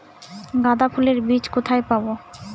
গাঁদা ফুলের বীজ কোথায় পাবো?